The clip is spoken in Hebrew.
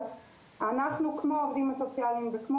אבל אנחנו כמו העובדים הסוציאליים וכמו